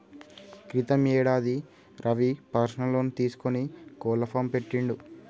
క్రితం యేడాది Ravi personal loan తీసుకొని కోళ్ల ఫాం పెట్టిండు